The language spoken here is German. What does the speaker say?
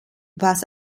was